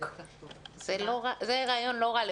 זה רעיון לא רע.